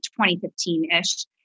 2015-ish